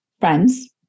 friends